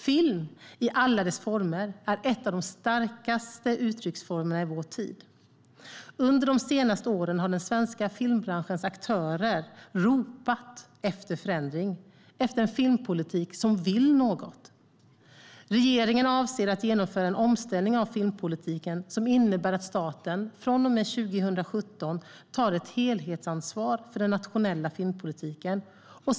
Film i alla dess former är en av de starkaste uttrycksformerna i vår tid. Under de senaste åren har den svenska filmbranschens aktörer ropat efter förändring - efter en filmpolitik som vill något. Regeringen avser att genomföra en omställning av filmpolitiken som innebär att staten från och med 2017 tar ett helhetsansvar för den nationella filmpolitiken.